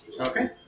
Okay